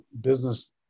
business